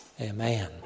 Amen